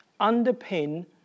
underpin